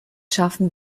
schaffen